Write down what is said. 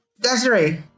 Desiree